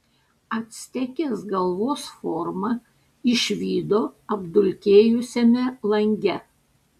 actekės galvos formą išvydo apdulkėjusiame lange